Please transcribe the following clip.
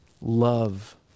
love